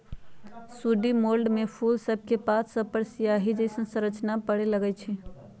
sooty mould में फूल सभके पात सभपर सियाहि जइसन्न संरचना परै लगैए छइ